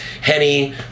Henny